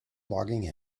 logging